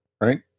right